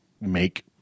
make